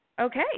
Okay